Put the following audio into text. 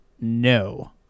No